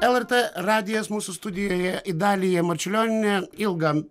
lrt radijas mūsų studijoje idalija marčiulionienė ilgą